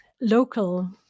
local